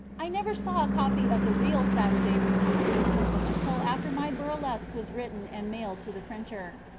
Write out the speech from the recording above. i never saw a copy of the real saturday review criticism until after my burlesque was written and mailed to the printer.